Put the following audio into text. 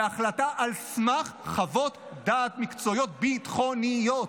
בהחלטה על סמך חוות דעת מקצועיות ביטחוניות,